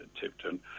Tipton